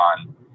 on